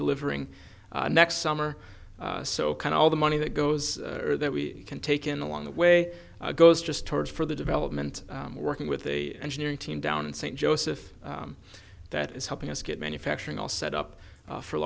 delivering next summer so kind of all the money that goes over that we can take in along the way it goes just toward for the development working with a engineering team down in st joseph that is helping us get manufacturing all set up for a